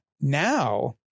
Now